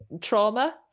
trauma